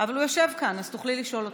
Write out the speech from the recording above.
אבל הוא יושב כאן, אז תוכלי לשאול אותו.